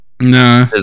No